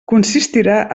consistirà